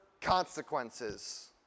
consequences